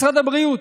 משרד הבריאות,